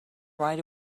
right